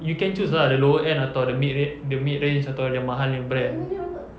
you can choose lah the lower end atau the mid ra~ the mid range atau yang mahal punya brand